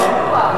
נתקבלה.